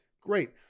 great